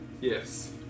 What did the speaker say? Yes